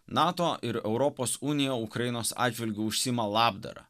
nato ir europos unija ukrainos atžvilgiu užsiima labdara